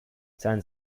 zahlen